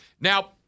Now